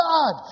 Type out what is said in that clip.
God